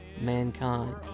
Mankind